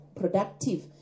productive